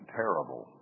terrible